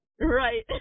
Right